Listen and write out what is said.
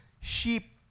sheep